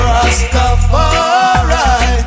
Rastafari